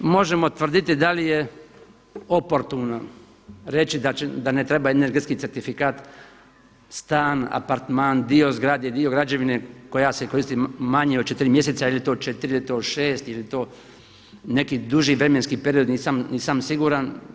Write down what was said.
Možemo tvrditi da li je oportuno reći da ne treba energetski certifikat stan, apartman, dio zgrade, dio građevine koja se koristi manje od 4 mjeseca ili je to od 4 ili je to od 6 ili je to neki duži vremenski period nisam siguran.